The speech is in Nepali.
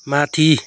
माथि